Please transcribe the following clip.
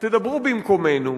תדברו במקומנו,